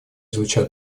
звучат